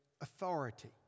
authority